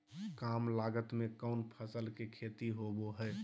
काम लागत में कौन फसल के खेती होबो हाय?